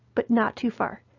but not too far,